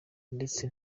ndetse